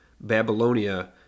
Babylonia